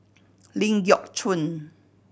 Ling Geok Choon